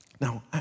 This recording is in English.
Now